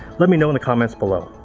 let me know in the comments below.